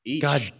God